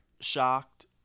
shocked